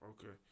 Okay